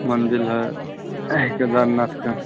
मन्दिर है केदारनाथ का